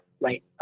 right